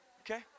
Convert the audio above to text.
Okay